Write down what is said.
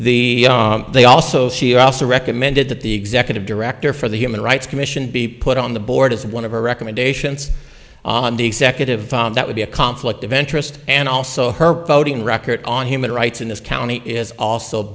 the they also she also recommended that the executive director for the human rights commission be put on the board as one of our recommendations on the executive that would be a conflict of interest and also her voting record on human rights in this county is also